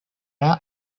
are